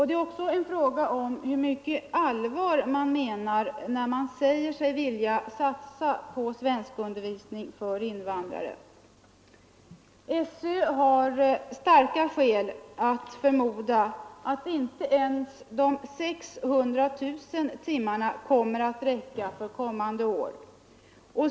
Det är en fråga om hur mycket man menar allvar när man säger sig vilja satsa på svenskundervisning för invandrare. SÖ har starka skäl att förmoda att inte ens de 600 000 timmarna skall räcka under kommande år.